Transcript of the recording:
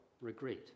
regret